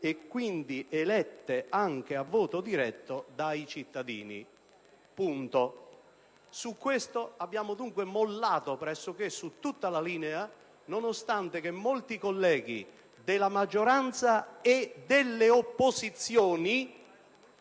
e quindi elette anche a voto diretto dai cittadini». Abbiamo dunque mollato pressoché su tutta la linea, nonostante che molti colleghi della maggioranza e delle opposizioni